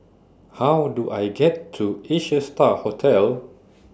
How Do I get to Asia STAR Hotel